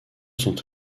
sont